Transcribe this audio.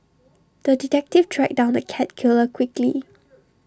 the detective tracked down the cat killer quickly